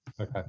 Okay